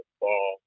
ball